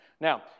Now